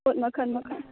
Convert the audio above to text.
sport ꯃꯈꯜ ꯃꯈꯜ